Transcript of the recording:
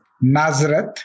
Nazareth